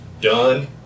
done